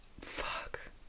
Fuck